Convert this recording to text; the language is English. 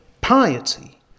piety